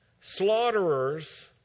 slaughterers